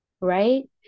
right